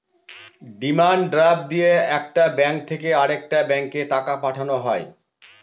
demand draft দিয়ে একটা bank থেকে আরেকটা ব্যাঙ্কে টাকা পাঠানো হয়